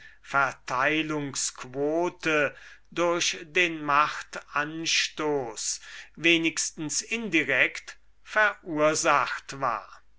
verteilungsquote durch den machtanstoß wenigstens indirekt verursacht war